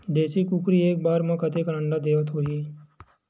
देशी कुकरी एक बार म कतेकन अंडा देत होही?